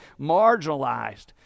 marginalized